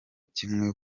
kimwe